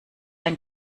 ein